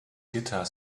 guitar